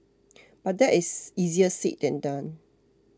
but that is easier said than done